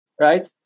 right